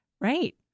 Right